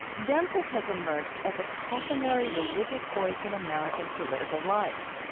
danforth has emerged as a cautionary religious voice in american political life.